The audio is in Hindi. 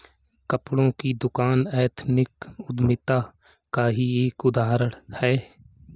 कपड़ों की दुकान एथनिक उद्यमिता का ही एक उदाहरण है